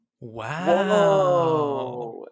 wow